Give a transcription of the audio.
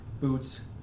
boots